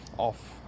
Off